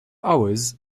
hours